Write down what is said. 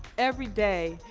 every day,